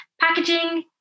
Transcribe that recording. packaging